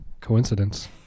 coincidence